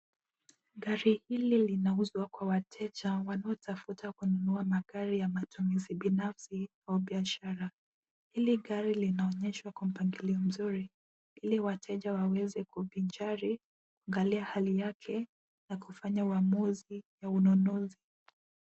Gari hili linauzwa kwa wateja wanaotafuta kununua magari ya matumizi binafsi au biashara. Hili gari linaonyeshwa kwa mpangilio mzuri, ili wateja waweze kuvinjari kuangalia hali yake na kufanya uamuzi wa ununuzi.